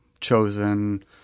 chosen